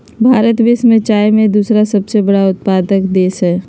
भारत विश्व में चाय के दूसरा सबसे बड़ा उत्पादक देश हइ